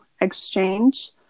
Exchange